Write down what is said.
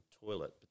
toilet